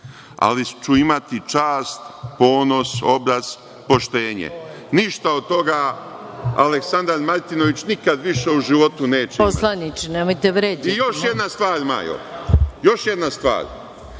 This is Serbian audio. ali ću imati čast, ponos, obraz, poštenje. Ništa od toga Aleksandar Martinovića nikada više u životu neće imati. **Maja